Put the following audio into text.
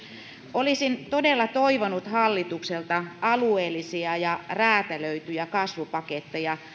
olisin todella toivonut hallitukselta alueellisia ja räätälöityjä kasvupaketteja